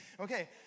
okay